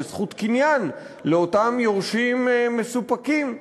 יש זכות קניין לאותם יורשים מסופקים.